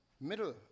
middle